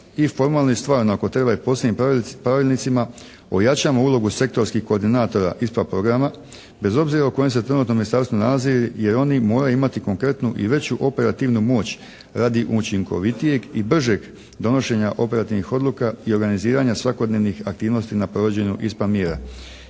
i formalno i stvarno ako treba i posebnim pravilnicima ojačamo ulogu sektorskih koordinatora ISPA programa, bez obzira u kojem se trenutno ministarstvu nalazi, jer oni moraju imati konkretnu i veću operativnu moć radi učinkovitijeg i bržeg donošenja operativnih odluka i organiziranja svakodnevnih aktivnosti na provođenju …